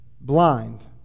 blind